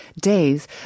days